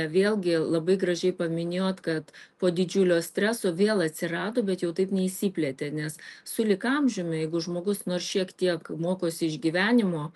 vėlgi labai gražiai paminėjot kad po didžiulio streso vėl atsirado bet jau taip neišsiplėtė nes sulig amžiumi jeigu žmogus nors šiek tiek mokosi iš gyvenimo